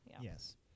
Yes